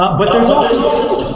but but there's also